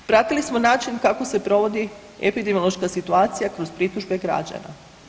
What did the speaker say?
Pratili smo način kako se provodi epidemiološka situacija kroz pritužbe građana.